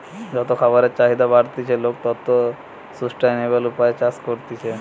যত খাবারের চাহিদা বাড়তিছে, লোক তত সুস্টাইনাবল উপায়ে চাষ করতিছে